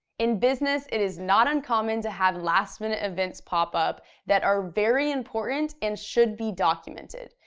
in business, it is not uncommon to have last-minute events pop up that are very important and should be documented.